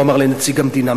הוא אמר לנציג המדינה,